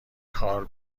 کار